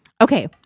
Okay